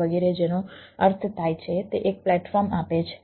વગેરે જેનો અર્થ થાય છે તે એક પ્લેટફોર્મ આપે છે